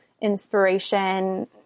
inspiration